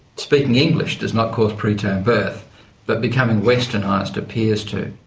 speaking english does not cause preterm birth but becoming westernised appears to.